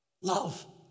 love